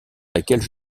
laquelle